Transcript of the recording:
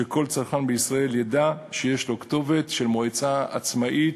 שכל צרכן בישראל ידע שיש לו כתובת של מועצה עצמאית,